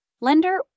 lender